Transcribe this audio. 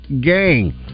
gang